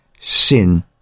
sin